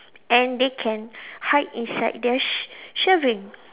and they can hide inside their sh~ shelving